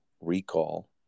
recall